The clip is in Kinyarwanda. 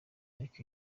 ariko